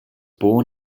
born